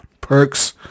perks